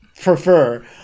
prefer